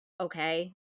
okay